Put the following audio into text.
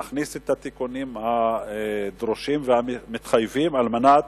נכניס את התיקונים הדרושים והמתחייבים על מנת